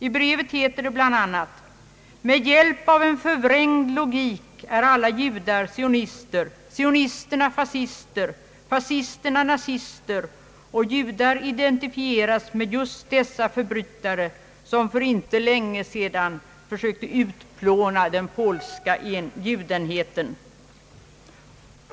I brevet heter det bl.a.: »Med hjälp av en förvrängd logik är alla judar sionister, sionisterna fascister, fascisterna nazister och judar identifieras med just dessa förbrytare som för inte så länge sedan försökte utplåna den polska judenheten.